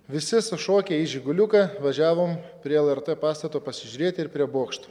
visi sušokę į žiguliuką važiavom prie lrt pastato pasižiūrėti ir prie bokšto